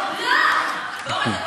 איפה אתה רואה פה